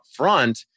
upfront